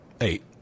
eight